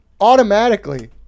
automatically